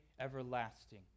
everlasting